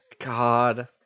God